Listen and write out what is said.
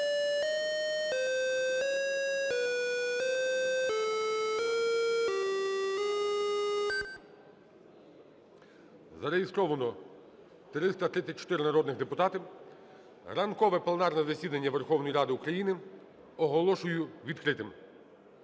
Зареєстровано 334 народних депутати. Ранкове пленарне засідання Верховної Ради України оголошую відкритим.